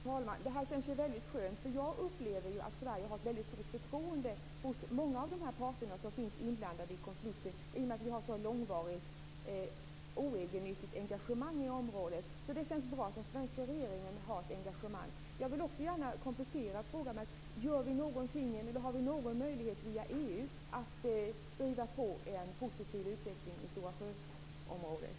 Fru talman! Det känns väldigt skönt, eftersom jag upplever att Sverige har ett väldigt stort förtroende hos många av de parter som är inblandade i konflikten i och med att vi har haft ett så långvarigt och oegennyttigt engagemang i området. Det känns därför bra att den svenska regeringen har ett engagemang. Jag vill också ställa en kompletterande fråga: Har vi någon möjlighet att via EU driva på för en positiv utveckling i Stora sjöområdet?